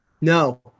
No